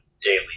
daily